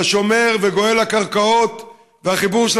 של השומר וגואל הקרקעות והחיבור של